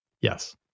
Yes